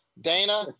Dana